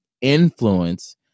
influence